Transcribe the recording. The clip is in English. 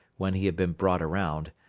when he had been brought around,